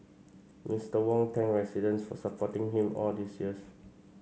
Mister Wong thanked residents for supporting him all these years